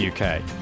uk